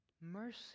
mercy